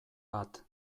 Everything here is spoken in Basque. bat